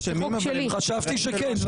חשבתי שכן.